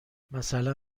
مثلا